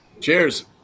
Cheers